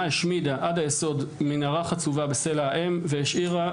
שהושמדה עד היסוד מנהרה חצובה בסלע האם ונשארה